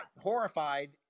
horrified